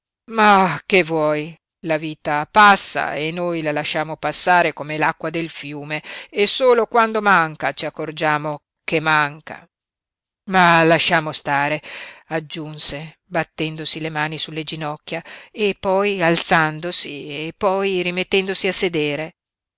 mah che vuoi la vita passa e noi la lasciamo passare come l'acqua del fiume e solo quando manca ci accorgiamo che manca mah lasciamo stare aggiunse battendosi le mani sulle ginocchia e poi alzandosi e poi rimettendosi a sedere